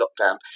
lockdown